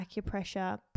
acupressure